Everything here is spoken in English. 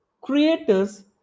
creators